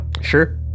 Sure